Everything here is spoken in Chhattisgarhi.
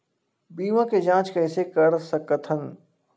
बीमा के जांच कइसे कर सकत हन?